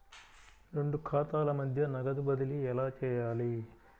రెండు ఖాతాల మధ్య నగదు బదిలీ ఎలా చేయాలి?